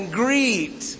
greet